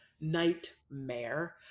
nightmare